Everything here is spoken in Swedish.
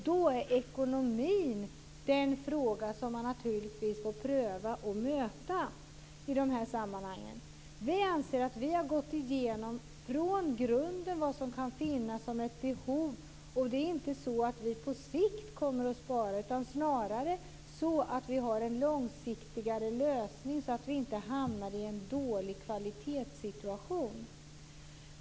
Då är ekonomin den fråga som man naturligtvis får pröva och möta i de här sammanhangen. Vi anser att vi från grunden har gått igenom vilka behov som kan finnas. Det är inte så att vi kommer att spara på sikt. Det är snarare så att vi har en långsiktigare lösning så att vi inte hamnar i en dålig kvalitetssituation.